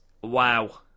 wow